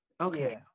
Okay